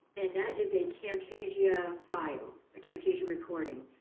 and that is a camtasia file, a camtasia recording.